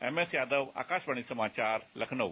MS Yadav Akashvani समाचार लखनऊ